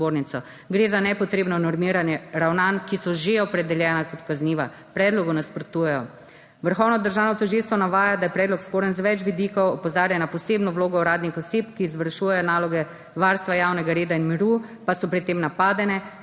gre za nepotrebno normiranje ravnanj, ki so že opredeljena kot kazniva. Predlogu nasprotujejo. Vrhovno državno tožilstvo navaja, da je predlog sporen z več vidikov, opozarja na posebno vlogo uradnih oseb, ki izvršujejo naloge varstva javnega reda in miru, pa so pri tem napadene,